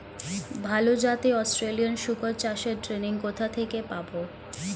ভালো জাতে অস্ট্রেলিয়ান শুকর চাষের ট্রেনিং কোথা থেকে পাব?